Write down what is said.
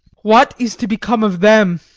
what is to become of them?